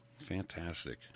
Fantastic